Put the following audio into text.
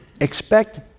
expect